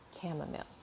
chamomile